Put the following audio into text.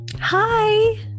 Hi